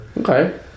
Okay